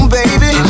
baby